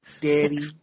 Daddy